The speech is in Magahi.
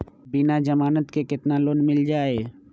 बिना जमानत के केतना लोन मिल जाइ?